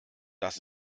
das